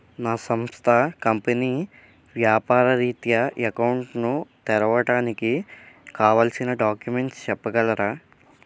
నా సంస్థ కంపెనీ వ్యాపార రిత్య అకౌంట్ ను తెరవడానికి కావాల్సిన డాక్యుమెంట్స్ చెప్పగలరా?